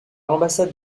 l’ambassade